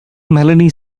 melanie